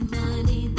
money